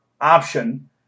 option